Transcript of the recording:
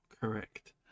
Correct